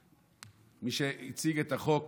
מי שהציג את החוק